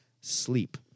Sleep